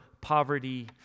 poverty